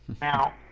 Now